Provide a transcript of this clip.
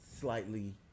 slightly